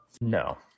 No